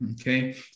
Okay